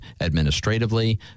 administratively